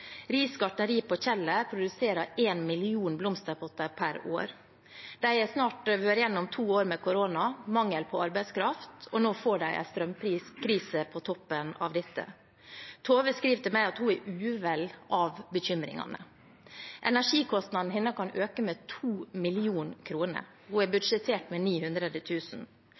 Gartneri på Kjeller produserer 1 million blomsterpotter per år. De har snart vært gjennom to år med korona, mangel på arbeidskraft, og nå får de en strømpriskrise på toppen av dette. Tove skriver til meg at hun er uvel av bekymringene. Energikostnadene hennes kan øke med 2 mill. kr; hun har budsjettert med